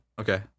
Okay